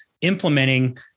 implementing